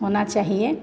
होना चाहिए